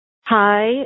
Hi